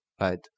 right